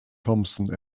thomson